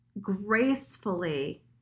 gracefully